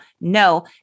no